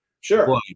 sure